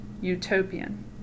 utopian